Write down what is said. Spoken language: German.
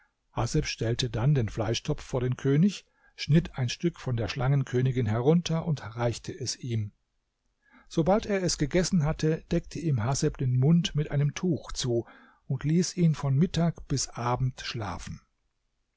stellte dann den fleischtopf vor den könig schnitt ein stück von der schlangenkönigin herunter und reichte es ihm sobald er es gegessen hatte deckte ihm haseb den mund mit einem tuch zu und ließ ihn von mittag bis abend schlafen